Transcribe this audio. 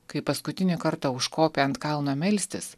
kai paskutinį kartą užkopė ant kalno melstis